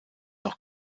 auch